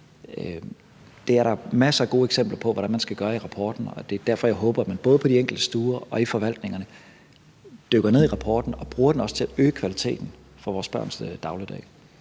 det er der masser af gode eksempler i rapporten på hvordan man skal gøre. Og det er derfor, jeg håber, at man både på de enkelte stuer og i forvaltningen dykker ned i rapporten og også bruger den til at øge kvaliteten i vores børns dagligdag.